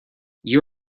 you